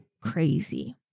crazy